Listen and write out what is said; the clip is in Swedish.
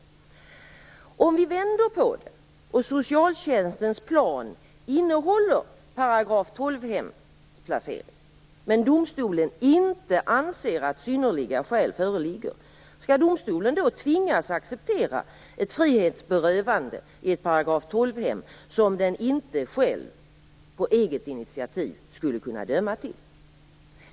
Hur blir det i omvänt fall, dvs. om socialtjänstens plan innehåller § 12-hemsplacering men domstolen inte anser att synnerliga skäl föreligger? Skall domstolen då tvingas acceptera ett frihetsberövande i ett § 12-hem som den inte på eget initiativ skulle kunna döma till?